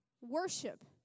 worship